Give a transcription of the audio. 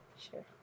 sure